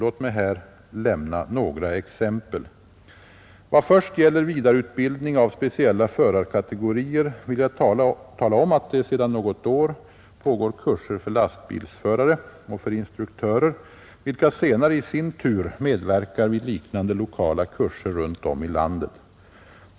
Låt mig här lämna några exempel. Vad först gäller vidareutbildning av speciella förarkategorier vill jag tala om att det sedan något år pågår kurser för lastbilsförare och för instruktörer, vilka senare i sin tur medverkar vid liknande lokala kurser runt om i landet.